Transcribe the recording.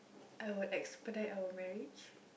I would expedite our marriage